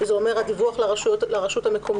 שזה אומר הדיווח לרשות המקומית,